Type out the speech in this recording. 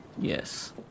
Yes